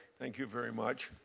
thank you very much.